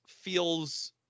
feels